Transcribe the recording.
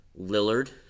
Lillard